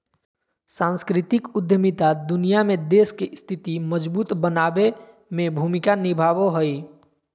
सांस्कृतिक उद्यमिता दुनिया में देश के स्थिति मजबूत बनाबे में भूमिका निभाबो हय